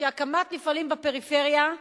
שהקמת מפעלים בפריפריה,